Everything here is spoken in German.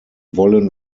wollen